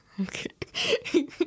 Okay